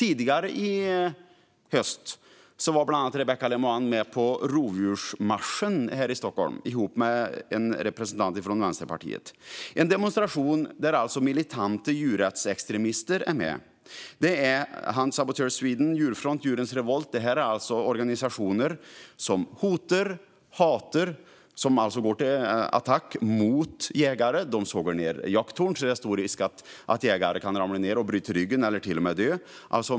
Tidigare i höstas var bland andra Rebecka Le Moine med på rovdjursmarschen här i Stockholm tillsammans med en representant från Vänsterpartiet. Det var en demonstration där militanta djurrättsextremister var med. Det handlar bland annat om Hunt Saboteurs Sweden, Djurfront och Djurens Revolt. Detta är alltså organisationer som hotar och hatar och som alltså går till attack mot jägare. De sågar ned jakttorn så att det är stor risk att jägare ramlar ned och bryter ryggen eller till och med dör.